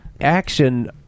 action